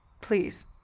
please